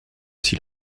s’il